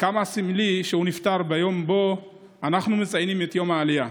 כמה סמלי שהוא נפטר ביום שבו אנחנו מציינים את יום העלייה.